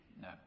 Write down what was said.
No